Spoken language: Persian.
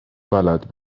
بلد